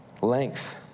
length